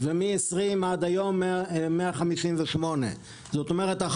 ומ-2020 עד היום 158%. זאת אומרת,